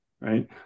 right